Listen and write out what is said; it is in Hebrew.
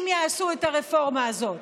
אם יעשו את הרפורמה הזאת.